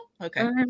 okay